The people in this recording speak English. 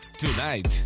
Tonight